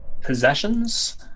possessions